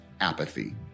apathy